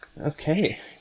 Okay